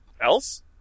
else